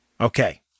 Okay